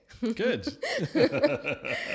Good